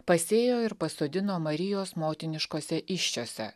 pasėjo ir pasodino marijos motiniškose įsčiose